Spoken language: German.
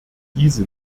diese